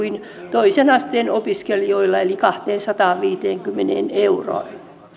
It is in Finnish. toisen asteen opiskelijoilla eli kahteensataanviiteenkymmeneen euroon